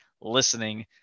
listening